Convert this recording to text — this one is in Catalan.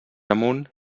amunt